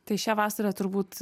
tai šią vasarą turbūt